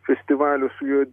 festivalių su juo